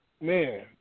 man